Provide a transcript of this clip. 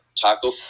Taco